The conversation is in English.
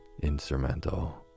instrumental